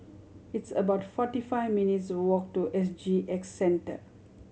it's about forty five minutes' walk to S G X Center